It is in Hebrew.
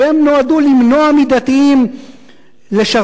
כי הן נועדו למנוע מדתיים לשרת.